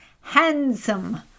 handsome